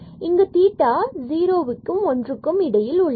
இங்கும் theta 0 1 இவற்றுக்கு இடையில் உள்ளது